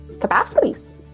capacities